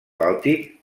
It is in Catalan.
bàltic